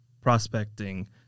prospecting